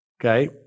Okay